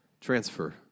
transfer